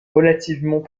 relativement